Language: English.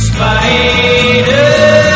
Spider